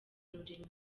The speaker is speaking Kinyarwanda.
rurema